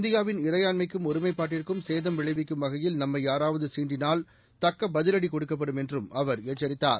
இந்தியாவின் இறையாண்மைக்கும் ஒருமைப்பாட்டிற்கும் சேதம் விளைவிக்கும் வகையில் நம்மை யாராவது சீண்டினால் தக்க பதிவடி கொடுக்கப்படும் என்று அவர் எச்சரித்தார்